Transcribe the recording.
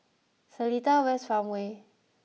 Seletar West Farmway